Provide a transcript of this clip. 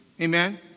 Amen